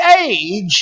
age